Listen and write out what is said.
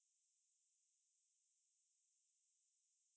like minded um no what's it like how do I say